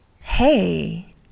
hey